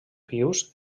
pius